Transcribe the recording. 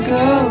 go